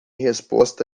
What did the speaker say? resposta